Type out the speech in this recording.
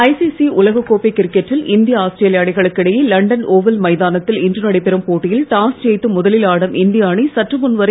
ICC உலகக்கோப்பை கிரிக்கெட்டில் இந்திய ஆஸ்திரேலிய அணிகளுக்கு இடையே லண்டன் ஒவல் மைதானத்தில் இன்று நடைபெறும் போட்டியில் டாஸ் ஜெயித்து முதலில் ஆடும் இந்திய அணி சற்றுமுன் வரை